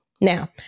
Now